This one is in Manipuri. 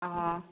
ꯑꯣ